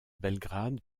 belgrade